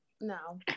No